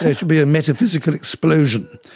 there should be a metaphysical explosion.